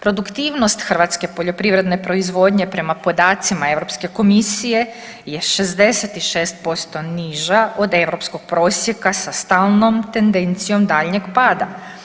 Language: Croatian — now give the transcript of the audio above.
Produktivnost hrvatske poljoprivredne proizvodnje prema podacima Europske komisije je 66% niža od europskog prosjeka sa stalnom tendencijom daljnjeg pada.